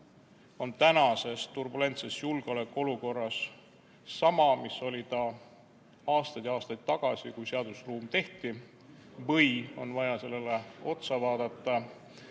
on tänases turbulentses julgeolekuolukorras sama, mis see oli aastaid ja aastaid tagasi, kui seadusruum tehti, või on vaja sellele otsa vaadata